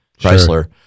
Chrysler